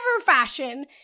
fashion